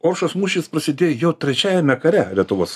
oršos mūšis prasidėj jau trečiajame kare lietuvos